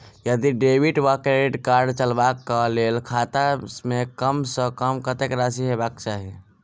यदि डेबिट वा credit card चलबाक कऽ लेल खाता मे कम सऽ कम कत्तेक राशि हेबाक चाहि?